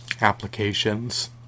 applications